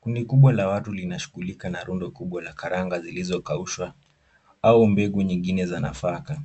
Kundi kubwa la watu linashugulika na rundo kubwa la karanga zilizokaushwa au mbegu nyingine za nafaka.